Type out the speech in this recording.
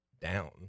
down